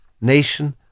Nation